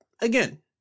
again